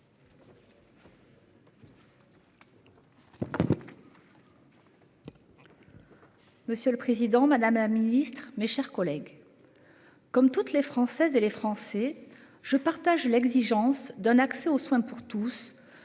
Monsieur le Président Madame la Ministre, mes chers collègues. Comme toutes les Françaises et les Français. Je partage l'exigence d'un accès aux soins pour tous